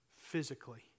physically